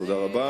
תודה רבה.